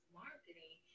marketing